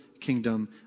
kingdom